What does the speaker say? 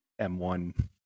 M1